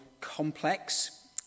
complex